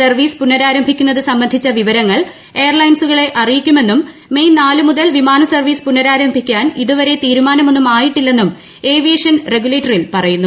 service പുനരാരംഭിക്കുന്നത് സംബന്ധിച്ച വിവരങ്ങൾ എയർ ലൈൻസുകളെ അറിയിക്കുമെന്നും മെയ് നാല് മുതൽ വിമാന സർവീസ് പുനരാരംഭിക്കാൻ ഇതുവരെ തീരുമാനം ഒന്നും ആയിട്ടില്ലെന്നും ഏവിയേഷൻ റെഗുലേറ്ററിൽ പറയുന്നു